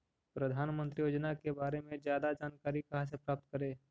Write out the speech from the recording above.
प्रधानमंत्री योजना के बारे में जादा जानकारी कहा से प्राप्त करे?